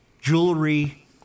jewelry